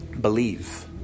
Believe